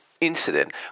incident